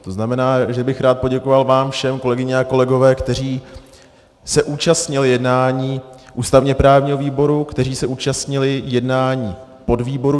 To znamená, že bych rád poděkoval vám všem, kolegyně a kolegové, kteří se účastnili jednání ústavněprávního výboru, kteří se účastnili jednání podvýboru.